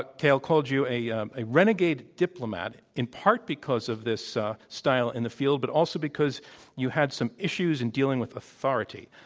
kael, called you a um a renegade diplomat in part because of this style in the field but also because you had some issues in dealing with authority.